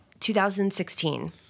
2016